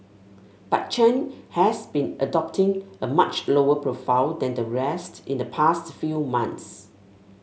but Chen has been adopting a much lower profile than the rest in the past few months